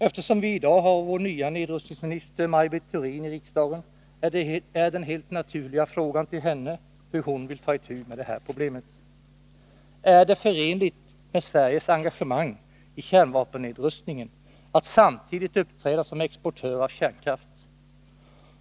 Eftersom vi i dag har vår nya nedrustningsminister, Maj Britt Theorin, i riksdagen, är den helt naturliga frågan till henne hur hon vill ta itu med det här problemet. Är det förenligt med Sveriges engagemang i kärnvapennedrustningen att samtidigt uppträda som exportör av kärnkraft?